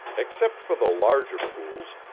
except for the larger pools,